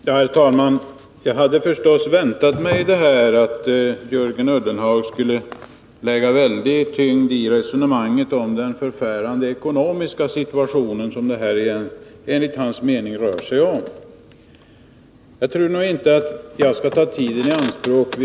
Herr talman! Jag hade förstås väntat mig att Jörgen Ullenhag skulle lägga väldig tyngd i resonemanget om den förfärande ekonomiska situation som det här enligt hans mening rör sig om, men jag tror inte att jag skall ta tiden i anspråk för den saken.